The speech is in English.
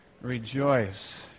Rejoice